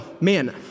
man